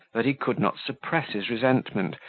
that he could not suppress his resentment,